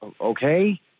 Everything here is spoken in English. okay